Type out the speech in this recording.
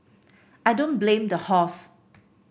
I don't blame the horse